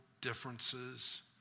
differences